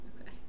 Okay